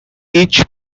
each